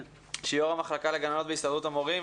יו"ר המחלקה לגננות בהסתדרות המורים.